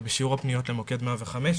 בשיעור הפניות למוקד 105,